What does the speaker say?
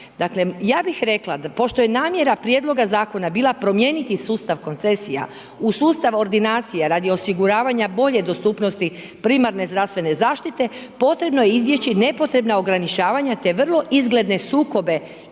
Dakle, ja bih rekla da pošto je namjera prijedloga zakona bila promijeniti sustav koncesija u sustav ordinacija radi osiguravanja bolje dostupnosti primarne zdravstvene zaštite, potrebno je izbjeći nepotrebna ograničavanja te vrlo izgledne sukobe